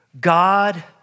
God